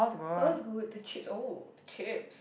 Baha was good the chips oh the chips